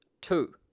two